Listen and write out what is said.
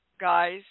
guys